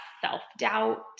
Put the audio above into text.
self-doubt